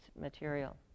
material